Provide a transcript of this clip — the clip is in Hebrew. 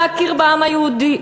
להכיר בעם היהודי,